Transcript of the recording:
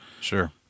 Sure